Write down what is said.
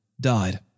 died